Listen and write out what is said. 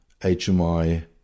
HMI